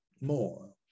More